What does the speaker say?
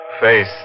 face